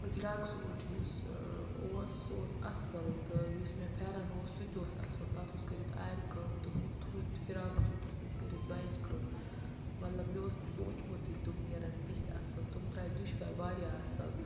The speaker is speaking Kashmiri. فِراک سوٗٹ یُس اوس سُہ اوس اَصٕل تہٕ یُس مےٚ پھٮ۪رَن اوس سُہ تہِ اوس اَصٕل تَتھ اوس کٔرِتھ آرِ کٲم تہٕ ہُتھ ہُتھ فِراک سوٗٹَس ٲس کٔرِتھ زۄیِج کٲم مطلب مےٚ اوس نہٕ سوٗنٛچمُتُے تِم نیرَن تِتھۍ اَصٕل تِم درٛاے دُشوَے واریاہ اَصٕل